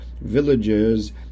villages